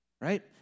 right